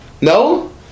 No